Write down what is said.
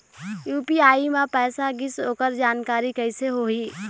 UPI म पैसा गिस ओकर जानकारी कइसे होही?